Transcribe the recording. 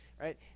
right